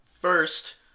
first